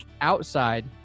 outside